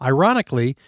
Ironically